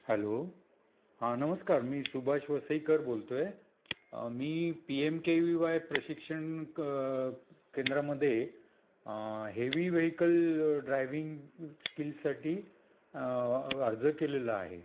hello हां नमस्कार मी सुभाष वसईकर बोलतो आहे मी P M K V Y प्रशिक्षण क केंद्रामध्ये हेवी व्हेकल ड्रायविंग स्किल्ससाठी अर्ज केलेला आहे